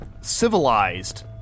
civilized